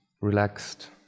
relaxed